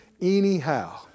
anyhow